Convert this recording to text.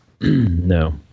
No